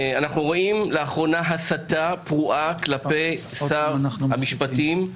אנחנו רואים לאחרונה הסתה פרועה כלפי שר המשפטים,